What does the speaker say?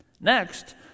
Next